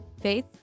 Faith